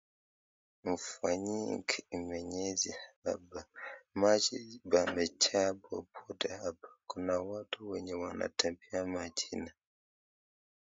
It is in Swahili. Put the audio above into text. Mfanyikie mwenyezi, hapa maji pamejaa popote hapo. Kuna watu wenye wanatembea majini.